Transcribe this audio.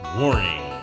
warning